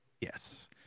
Yes